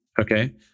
Okay